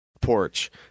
porch